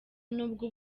nubwo